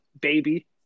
baby